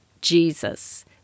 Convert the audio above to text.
Jesus